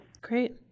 Great